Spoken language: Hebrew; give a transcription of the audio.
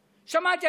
שמעתי,